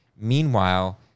Meanwhile